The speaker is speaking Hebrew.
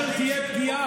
כאשר תהיה פגיעה,